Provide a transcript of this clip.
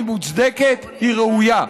היא מוצדקת, היא ראויה.